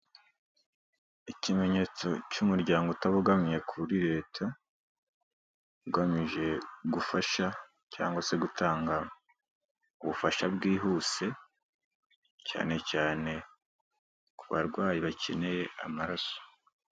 Ikimenyetso cy'umuryango utabogamiye kuri leta, ugamije gufasha cyangwa se gutanga ubufasha bwihuse, cyane cyane ku barwayi bakeneye amaraso.